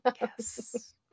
yes